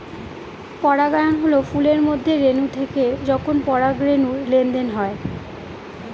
পরাগায়ন হল ফুলের মধ্যে রেনু থেকে যখন পরাগরেনুর লেনদেন হয়